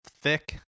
thick